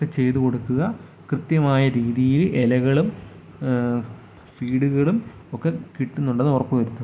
ഒക്കെ ചെയ്ത് കൊടുക്കുക കൃത്യമായ രീതിയിൽ ഇലകളും ഫീഡുകളും ഒക്കെ കിട്ടുന്നുണ്ടോന്ന് ഉറപ്പ് വരുത്തുക